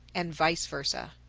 and vice versa.